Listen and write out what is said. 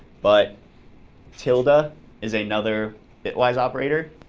but tilde ah is another bitwise operator.